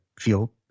feel